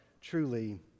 truly